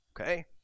Okay